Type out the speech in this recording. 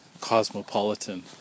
cosmopolitan